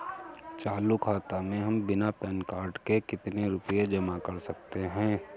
चालू खाता में हम बिना पैन कार्ड के कितनी रूपए जमा कर सकते हैं?